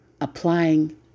applying